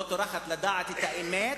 לא טורחת לדעת את האמת,